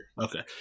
Okay